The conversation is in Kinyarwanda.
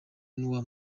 n’uwa